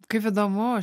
kaip įdomu